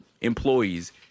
employees